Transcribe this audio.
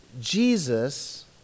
Jesus